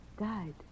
died